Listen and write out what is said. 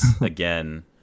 again